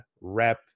rep